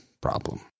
problem